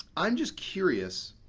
i'm just curious,